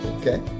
Okay